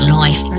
life